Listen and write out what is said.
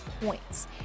points